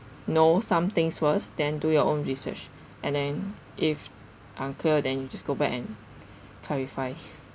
know some things first then do your own research and then if unclear than you just go back and clarify